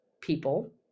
people